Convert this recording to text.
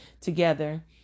together